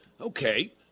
Okay